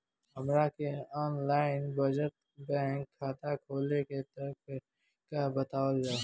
हमरा के online बचत बैंक खाता खोले के तरीका बतावल जाव?